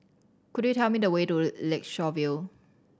could you tell me the way to Lakeshore View